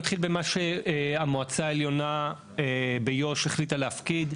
נתחיל במה שהמועצה העליונה ביו"ש החליטה להפקיד,